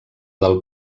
del